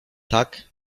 tak